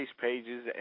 pages